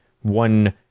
one